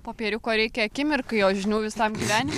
popieriuko reikia akimirkai o žinių visam gyvenimui